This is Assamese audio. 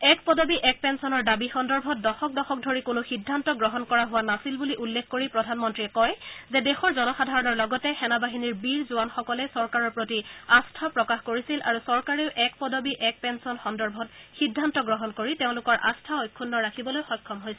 এক পদবী এক পেঞ্চনৰ দাবী সন্দৰ্ভত দশক দশক ধৰি কোনো সিদ্ধান্ত গ্ৰহণ কৰা হোৱা নাছিল বুলি প্ৰধানমন্ত্ৰীয়ে কয় যে দেশৰ জনসাধাৰণৰ লগতে সেনা বাহিনীৰ বীৰ জোৱানসকলে চৰকাৰৰ প্ৰতি আস্থা প্ৰকাশ কৰিছিল আৰু চৰকাৰেও এক পদবী এক পেঞ্চন সন্দৰ্ভত সিদ্ধান্ত গ্ৰহণ কৰি তেওঁলোকৰ আস্থা অক্ষুণ্ণ ৰাখিবলৈ সক্ষম হৈছে